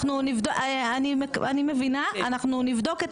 אני מבינה, אנחנו נבדוק את